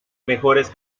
mejores